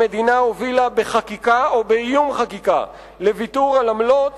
המדינה הובילה בחקיקה או באיום חקיקה לוויתור על עמלות